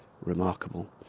remarkable